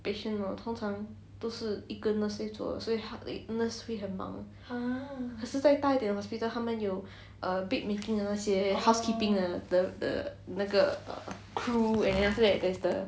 patient hor 通常都是一个 nurse 在做的所以那个 nurse 会很忙可是在大一点的 hospital 他们有 err bed making 的那些 housekeeping 的那个 crew and then after that there's the